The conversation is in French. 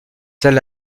celle